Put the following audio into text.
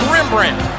Rembrandt